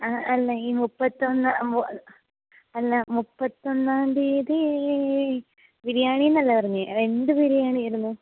ആ അല്ല ഈ മുപ്പത്തൊന്ന് മു അല്ല മുപ്പത്തൊന്നാം തിയതി ബിരിയാണി എന്നല്ലെ പറഞ്ഞ് എന്ത് ബിരിയാണിയായിരുന്നു